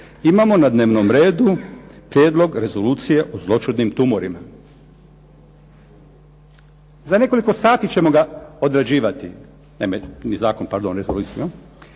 Imamo na dnevnom redu Prijedlog rezolucije o zloćudnim tumorima. Za nekoliko sati ćemo ga odrađivati, naime ni zakon pardon, rezoluciju,